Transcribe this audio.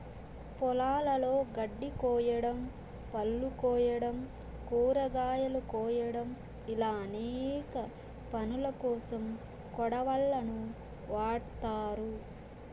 పొలాలలో గడ్డి కోయడం, పళ్ళు కోయడం, కూరగాయలు కోయడం ఇలా అనేక పనులకోసం కొడవళ్ళను వాడ్తారు